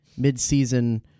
midseason